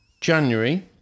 January